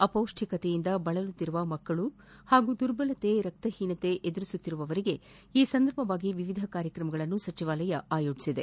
ಅಪೌಷ್ಷಿಕತೆಯಿಂದ ಬಳಲುತ್ತಿರುವ ಮಕ್ಕಳು ಹಾಗೂ ದುರ್ಬಲತೆ ರಕ್ತಹೀನತೆ ಎದುರಿಸುತ್ತಿರುವವರಿಗೆ ಈ ಸಂದರ್ಭವಾಗಿ ವಿವಿಧ ಕಾರ್ಯಕ್ರಮಗಳನ್ನು ಸಚಿವಾಲಯ ಆಯೋಜಿಸಿದೆ